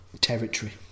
territory